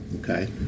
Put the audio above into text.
Okay